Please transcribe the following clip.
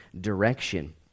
direction